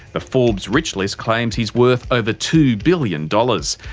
forbes rich list claims he's worth over two billion dollars,